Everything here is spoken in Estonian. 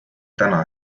täna